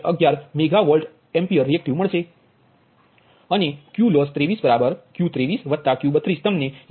11 મેગાવાર મળશે અને QLoss23 Q23Q32 તમને 1